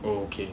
okay